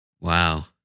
Wow